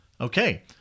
Okay